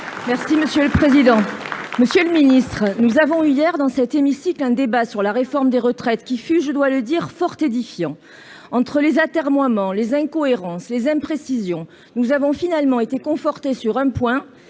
Monsieur le secrétaire d'État, nous avons eu hier dans cet hémicycle un débat sur la réforme des retraites. Il fut, je dois le dire, fort édifiant ! Entre les atermoiements, les incohérences, les imprécisions, nous avons finalement été confortés sur un point